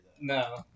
No